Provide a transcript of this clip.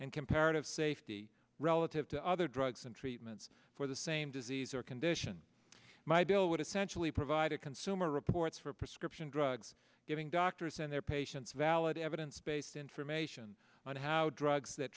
and comparative safety relative to other drugs and treatments for the same disease or condition my bill would essentially provide a consumer reports for prescription drugs giving doctors and their patients valid evidence based information on how drugs that